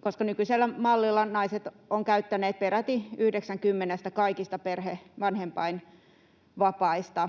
koska nykyisellä mallilla naiset ovat käyttäneet peräti yhdeksän kymmenestä kaikista perhe- ja vanhempainvapaista.